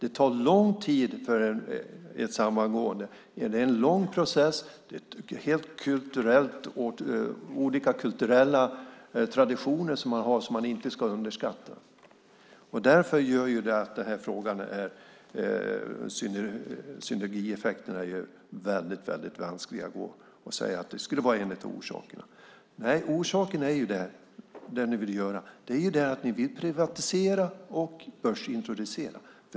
Ett samgående tar lång tid. Det är en lång process. Man har olika kulturella traditioner som inte ska underskattas. Det gör att det är väldigt vanskligt att säga att synergieffekterna skulle vara en av orsakerna. Nej, orsaken är den att ni vill privatisera och börsintroducera.